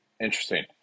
Interesting